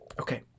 Okay